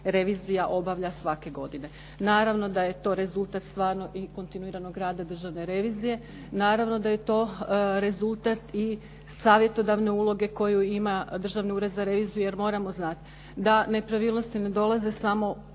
revizija obavlja svake godine. Naravno, da je to rezultat kontinuiranog rada Državne revizije, naravno da je to rezultat i savjetodavne uloge koju ima Državni ured za reviziju, jer moramo znati da nepravilnosti ne dolaze samo